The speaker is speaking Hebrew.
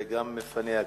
וגם פניה קירשנבאום.